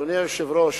אדוני היושב-ראש,